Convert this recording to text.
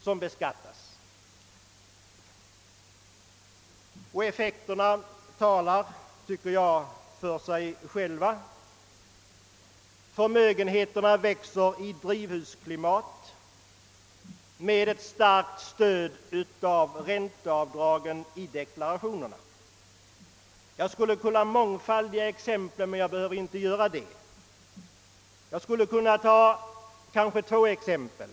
Effekterna härav talar enligt min uppfattning för sig själva. Förmögenheterna växer i drivhusklimat med ett starkt stöd av ränteavdragen i deklarationerna. Jag skulle kunna mångfaldiga exemplen härpå men jag behöver inte göra det. Jag skall nu bara anföra två exempel.